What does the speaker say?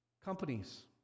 Companies